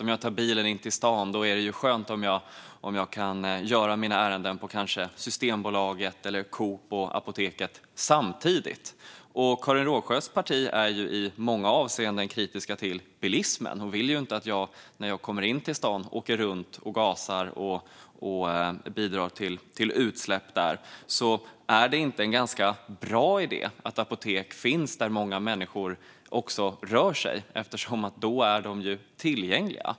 Om jag tar bilen in till stan är det skönt om jag kan göra mina ärenden på till exempel Systembolaget, Coop och apoteket samtidigt. Karin Rågsjös parti är ju i många avseenden kritiskt till bilismen och vill inte att jag när jag kommer in i stan ska åka runt och gasa och bidra till utsläpp där. Är det då inte en ganska bra idé att apotek finns där många människor också rör sig? Då är ju apoteken tillgängliga.